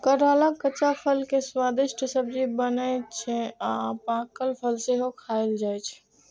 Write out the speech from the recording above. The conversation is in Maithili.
कटहलक कच्चा फल के स्वादिष्ट सब्जी बनै छै आ पाकल फल सेहो खायल जाइ छै